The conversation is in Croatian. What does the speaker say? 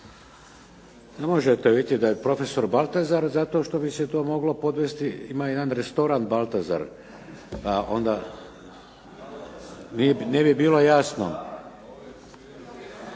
ne razumije./… da je profesor Baltazar, zato što bi se to moglo podvesti, ima jedan restoran Baltazar, onda ne bi bilo jasno.